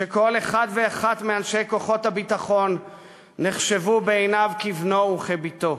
שכל אחד ואחת מאנשי כוחות הביטחון נחשבו בעיניו כבנו וכבתו.